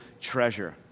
treasure